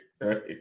Right